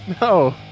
No